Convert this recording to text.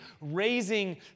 raising